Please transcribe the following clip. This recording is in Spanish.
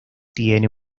tiene